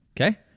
Okay